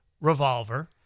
revolver